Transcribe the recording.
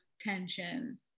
tension